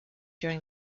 during